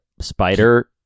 Spider